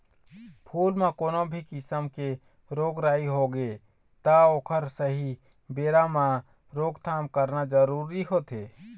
फूल म कोनो भी किसम के रोग राई होगे त ओखर सहीं बेरा म रोकथाम करना जरूरी होथे